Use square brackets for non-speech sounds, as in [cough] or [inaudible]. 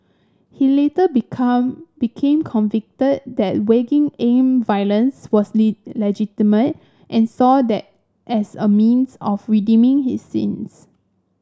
he later become became [unintelligible] that waging armed violence was [unintelligible] legitimate and saw that as a means of redeeming his sins